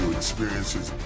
experiences